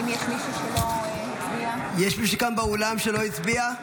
האם יש מישהו כאן באולם שלא הצביע?